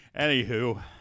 Anywho